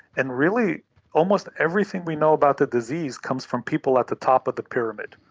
and really almost everything we know about the disease comes from people at the top of the pyramid,